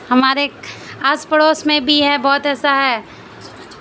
ہمارے آس پڑوس میں بھی ہے بہت ایسا ہے